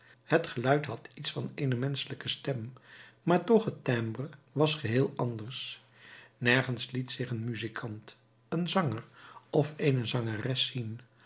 het geluid had iets van eene menschelijke stem maar toch het timbre was een geheel ander nergens liet zich een muzikant een zanger of eene zangeres zien